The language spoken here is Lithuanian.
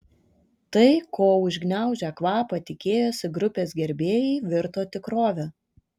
tai ko užgniaužę kvapą tikėjosi grupės gerbėjai virto tikrove